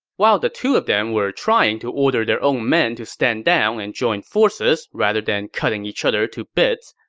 while the two of them were trying to order their own men to stand down and join forces rather than cutting each other to bits,